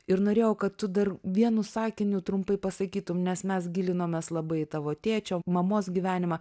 ir norėjau kad tu dar vienu sakiniu trumpai pasakytum nes mes gilinomės labai į tavo tėčio mamos gyvenimą